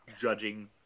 judging